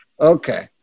okay